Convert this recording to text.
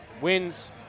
wins